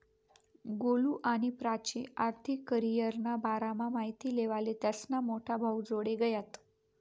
गोलु आणि प्राची आर्थिक करीयरना बारामा माहिती लेवाले त्यास्ना मोठा भाऊजोडे गयात